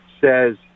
says